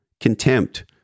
contempt